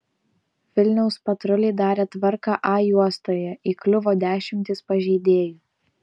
vilniaus patruliai darė tvarką a juostoje įkliuvo dešimtys pažeidėjų